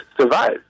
survive